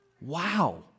Wow